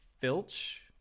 filch